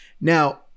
Now